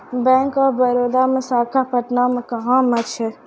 Bank of Baroda के शाखा पटना मे कहां मे छै?